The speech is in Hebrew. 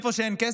איפה שאין כסף,